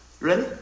Ready